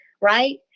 right